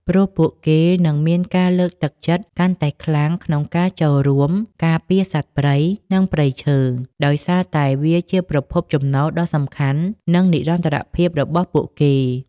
ព្រោះពួកគេនឹងមានការលើកទឹកចិត្តកាន់តែខ្លាំងក្នុងការចូលរួមការពារសត្វព្រៃ និងព្រៃឈើ ដោយសារតែវាជាប្រភពចំណូលដ៏សំខាន់ និងនិរន្តរភាពរបស់ពួកគេ។